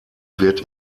wird